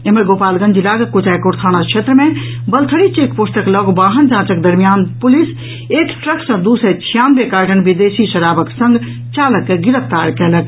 एम्हर गोपालगंज जिलाक कुचायकोट थाना क्षेत्र मे बलथरी चेकपोस्टक लऽग वाहन जांचक दरमियान पुलिस एक ट्रक सॅ दू सय छियानवे कार्टन विदेशी शराबक संग चालक के गिरफ्तार कऽ लेलक